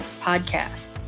podcast